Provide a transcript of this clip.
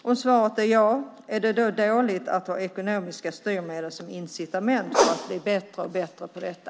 Om svaret är ja, är det då dåligt att använda ekonomiska styrmedel som incitament för att bli bättre och bättre på detta?